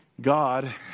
God